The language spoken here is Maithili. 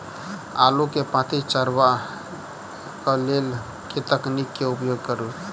आलु केँ पांति चरावह केँ लेल केँ तकनीक केँ उपयोग करऽ?